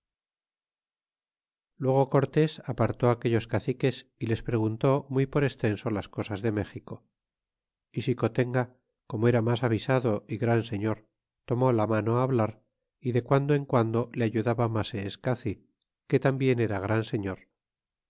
luego cortés apartó aquellos caciques y les preguntó muy por extenso las cosas de méxico y xicotenga como era mas avisado y gran señor tomó la mano hablar y de guando en guando le ayudaba maseescaci que tambien era gran señor